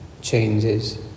changes